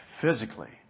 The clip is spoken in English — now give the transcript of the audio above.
physically